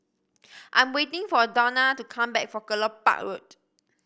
I'm waiting for Dawna to come back from Kelopak Road